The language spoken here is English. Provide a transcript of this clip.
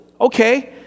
Okay